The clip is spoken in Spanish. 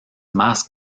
más